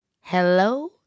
Hello